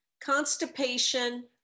constipation